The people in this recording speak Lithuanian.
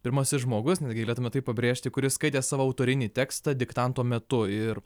pirmasis žmogus netgi galėtume tai pabrėžti kuris skaitė savo autorinį tekstą diktanto metu ir